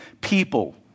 people